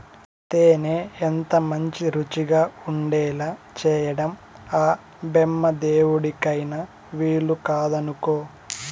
తేనె ఎంతమంచి రుచిగా ఉండేలా చేయడం ఆ బెమ్మదేవుడికైన వీలుకాదనుకో